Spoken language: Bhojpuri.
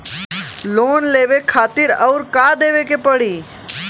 लोन लेवे खातिर अउर का देवे के पड़ी?